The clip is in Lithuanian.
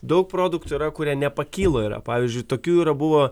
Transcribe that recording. daug produktų yra kurie nepakyla yra pavyzdžiui tokių yra buvo